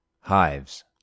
Hives